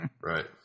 Right